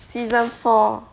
season four